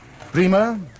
Prima